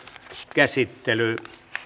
käsittelyyn